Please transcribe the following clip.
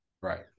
right